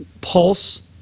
Pulse